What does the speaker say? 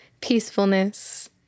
Peacefulness